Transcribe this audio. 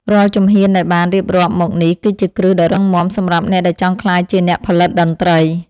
រាល់ជំហានដែលបានរៀបរាប់មកនេះគឺជាគ្រឹះដ៏រឹងមាំសម្រាប់អ្នកដែលចង់ក្លាយជាអ្នកផលិតតន្ត្រី។